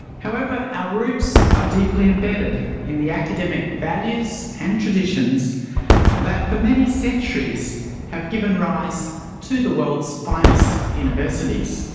however, our roots are deeply embedded in the academic values and traditions that for many centuries have given rise to the world's finest universities.